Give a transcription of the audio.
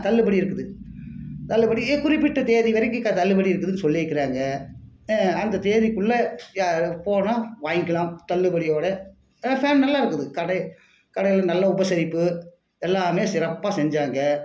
தள்ளுபடி இருக்குது தள்ளுபடி குறிப்பிட்ட தேதி வரைக்கும் தள்ளுபடி இருக்குதுனு சொல்லியிருக்காங்க அந்த தேதிக்குள்ளே யாரும் போனால் வாங்கிக்கலாம் தள்ளுபடியோடு ஃபேன் நல்லா இருக்குது கடை கடையில் நல்லா உபசரிப்பு எல்லாமே சிறப்பாக செஞ்சாங்க